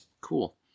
Cool